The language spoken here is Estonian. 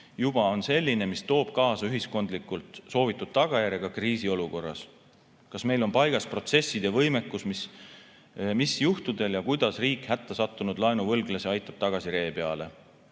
juba on selline, mis toob kaasa ühiskondlikult soovitud tagajärje ka kriisiolukorras. Kas meil on paigas protsessid ja võimekus, mis juhtudel ja kuidas aitab riik hättasattunud laenuvõlglasi tagasi ree peale?